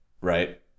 right